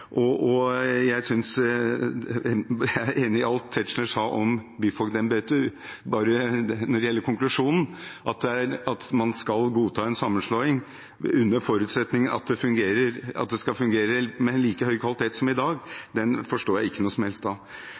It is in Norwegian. Jeg er enig i alt Tetzschner sa om byfogdembetet, men konklusjonen – at man skal godta en sammenslåing under forutsetning av at det skal fungere med like høy kvalitet som i dag, forstår jeg ikke noe som helst